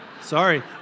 Sorry